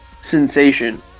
sensation